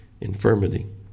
infirmity